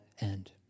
end